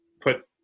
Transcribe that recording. put